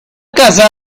casa